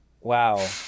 Wow